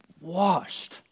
washed